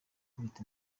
kubita